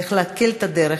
איך להקל את הדרך,